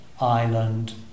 island